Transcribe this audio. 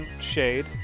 shade